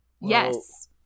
Yes